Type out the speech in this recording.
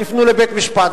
תפנו לבית-משפט,